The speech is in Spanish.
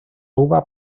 uva